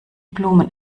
blumen